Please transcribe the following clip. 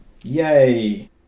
Yay